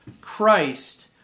Christ